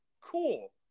cool